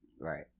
Right